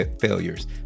failures